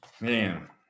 Man